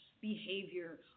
behavior